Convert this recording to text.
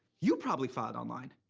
you probably filed online.